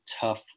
tough